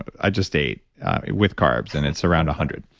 i just ate with carbs, and it's around a hundred.